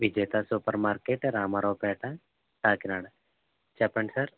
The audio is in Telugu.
విజేత సూపర్ మార్కెట్ రామారావు పేట కాకినాడ చెప్పండి సార్